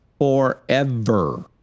forever